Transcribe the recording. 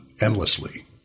endlessly